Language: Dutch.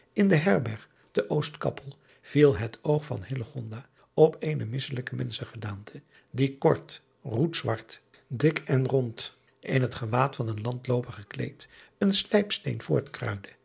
in de herberg te ostkappel viel het oog van op eene misselijke menschengedaante die kort roetzwart dik en rond in het gewaad van een landlooper gekleed een slijpsteen